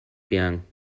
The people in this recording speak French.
biens